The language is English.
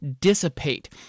Dissipate